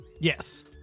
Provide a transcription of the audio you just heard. Yes